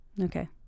Okay